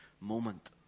moment